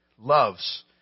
loves